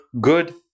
good